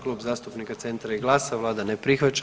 Klub zastupnika Centra i GLAS-a vlada ne prihvaća.